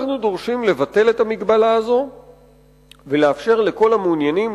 אנחנו דורשים לבטל את המגבלה הזאת ולאפשר לכל המעוניינים,